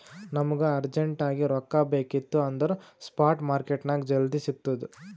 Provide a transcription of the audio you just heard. ನಮುಗ ಅರ್ಜೆಂಟ್ ಆಗಿ ರೊಕ್ಕಾ ಬೇಕಿತ್ತು ಅಂದುರ್ ಸ್ಪಾಟ್ ಮಾರ್ಕೆಟ್ನಾಗ್ ಜಲ್ದಿ ಸಿಕ್ತುದ್